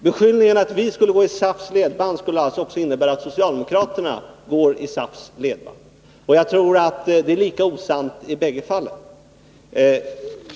Beskyllningen att vi går i SAF:s ledband innebär alltså att också socialdemokraterna skulle gå i SAF:s ledband. Jag tror att det är lika osant i bägge fallen.